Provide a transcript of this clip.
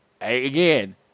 again